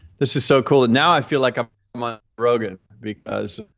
this is so cool. and now i feel like i'm um ah rogan, because.